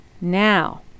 Now